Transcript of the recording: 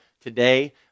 today